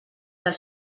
del